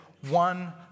One